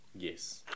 Yes